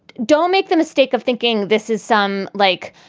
don't make the mistake of thinking this is some, like,